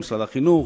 משרד החינוך,